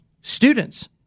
students